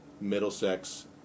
Middlesex